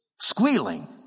squealing